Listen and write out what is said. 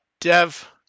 Dev